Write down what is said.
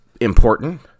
important